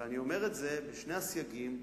אני אומר את זה בשני הסייגים: